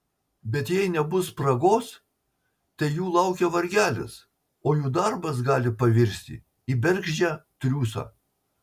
bet jei nebus spragos tai jų laukia vargelis o jų darbas gali pavirsti į bergždžią triūsą